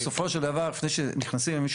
שבסופו של דבר לפני שנכנסים למישהו